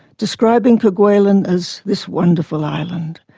describing kerguelen as this wonderful island.